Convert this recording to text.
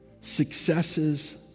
successes